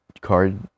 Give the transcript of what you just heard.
card